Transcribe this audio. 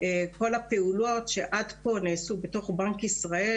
כל הפעולות שעד כה נעשו בתוך בנק ישראל